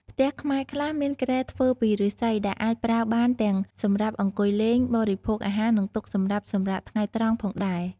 ផ្ទះខ្មែរខ្លះមានគ្រែធ្វើពីឫស្សី ដែលអាចប្រើបានទាំងសម្រាប់អង្កុយលេង បរិភោគអាហារ និងទុកសម្រាប់សម្រាកថ្ងៃត្រង់ផងដែរ។